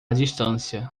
distância